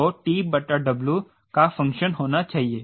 तो 𝑠LO को TW का फ़ंक्शन होना चाहिए